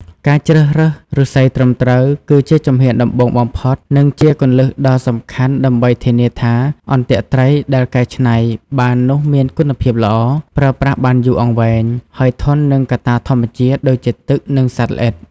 ការជ្រើសរើសឫស្សីត្រឹមត្រូវ គឺជាជំហានដំបូងបំផុតនិងជាគន្លឹះដ៏សំខាន់ដើម្បីធានាថាអន្ទាក់ត្រីដែលកែច្នៃបាននោះមានគុណភាពល្អ ប្រើប្រាស់បានយូរអង្វែង ហើយធន់នឹងកត្តាធម្មជាតិដូចជាទឹកនិងសត្វល្អិត។